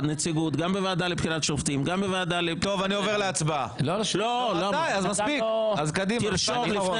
אבל הנציגוּת, כפי שאתה יודע, היא של ראשי